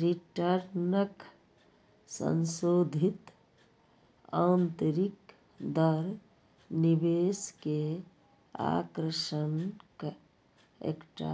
रिटर्नक संशोधित आंतरिक दर निवेश के आकर्षणक एकटा